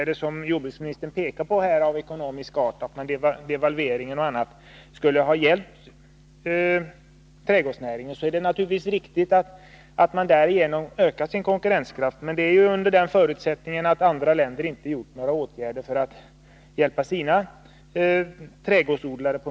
Jordbruksministern pekar i svaret på åtgärder av ekonomisk art — devalveringen och annat — som skall ha hjälpt trädgårdsnäringen. Det är naturligtvis riktigt att näringen därigenom ökat sin konkurrenskraft, under den förutsättningen att andra länder inte vidtar några åtgärder för att på ungefär samma sätt hjälpa sina trädgårdsodlare.